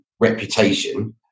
reputation